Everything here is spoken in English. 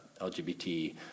LGBT